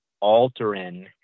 altering